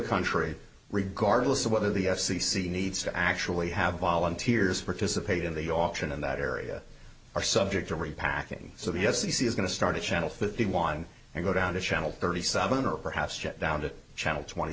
country regardless of whether the f c c needs to actually have volunteers participate in the option in that area or subject to repacking so the f c c is going to start a channel fifty one and go down to channel thirty seven or perhaps ship down to channel twenty